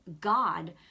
God